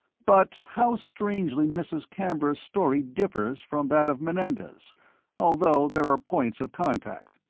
but how strangely mrs. camber's story differs from that of menendez although there are points of contact.